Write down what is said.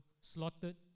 slaughtered